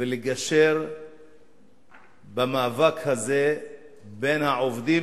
ויגשרו במאבק הזה בין העובדים,